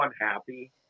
unhappy